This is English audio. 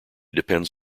depends